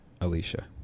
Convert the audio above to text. Alicia